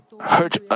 hurt